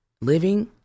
living